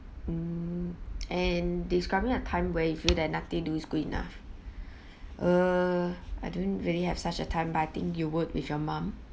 mm and describing a time when you feel that nothing is good enough uh I don't really have such a time but I think you would with your mum